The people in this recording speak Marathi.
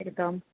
एकदम